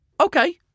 Okay